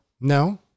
No